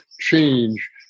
change